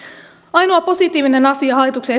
ainoa positiivinen asia hallituksen